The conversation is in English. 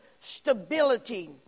stability